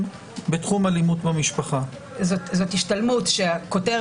כמו שהיום מבינים שבנושאי עבירות מין חייבת להיות השתלמות והבנה